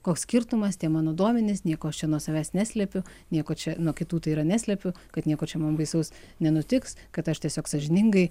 koks skirtumas tie mano duomenys nieko aš čia nuo savęs neslepiu nieko čia nuo kitų tai yra neslepiu kad nieko čia mum baisaus nenutiks kad aš tiesiog sąžiningai